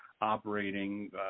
operating